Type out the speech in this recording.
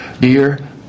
Dear